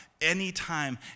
Anytime